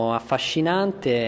affascinante